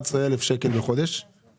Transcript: כבר היום